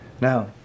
Now